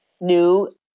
new